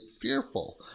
fearful